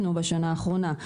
בשנה האחרונה.